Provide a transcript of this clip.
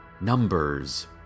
numbers